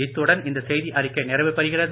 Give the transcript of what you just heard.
இத்துடன் இந்த செய்திஅறிக்கை நிறைவுபெறுகிறது